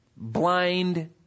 Blind